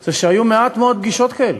זה שהיו מעט מאוד פגישות כאלה.